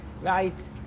right